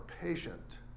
patient